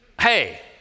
hey